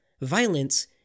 Violence